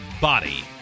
body